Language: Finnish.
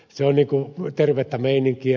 se on tervettä meininkiä